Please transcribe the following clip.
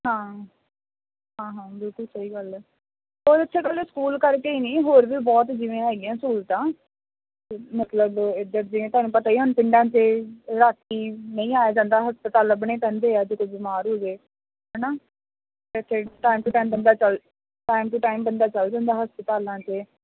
ਹਾਂ ਹਾਂ ਹਾਂ ਬਿਲਕੁਲ ਸਹੀ ਗੱਲ ਆ ਹੋਰ ਉੱਥੇ ਥੋੜ੍ਹਾ ਸਕੂਲ ਕਰਕੇ ਹੀ ਨਹੀਂ ਹੋਰ ਵੀ ਬਹੁਤ ਜਿਵੇਂ ਹੈਗੀਆਂ ਸਹੂਲਤਾਂ ਮਤਲਬ ਇੱਧਰ ਦੀਆਂ ਤੁਹਾਨੂੰ ਪਤਾ ਹੀ ਪਿੰਡਾਂ 'ਚ ਰਾਤੀਂ ਨਹੀਂ ਆਇਆ ਜਾਂਦਾ ਹਸਪਤਾਲ ਲੱਭਣੇ ਪੈਂਦੇ ਆ ਜਦੋਂ ਬਿਮਾਰ ਹੋ ਜਾਵੇ ਹੈ ਨਾ ਇੱਥੇ ਟਾਈਮ ਟੂ ਟਾਈਮ ਬੰਦਾ ਚਲ ਟਾਈਮ ਟੂ ਟਾਈਮ ਬੰਦਾ ਚਲ ਜਾਂਦਾ ਹਸਪਤਾਲਾਂ 'ਚ